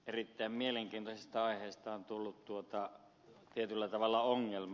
erittäin mielenkiintoisesta aiheesta on tullut tietyllä tavalla ongelma